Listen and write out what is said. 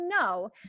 No